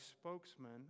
spokesman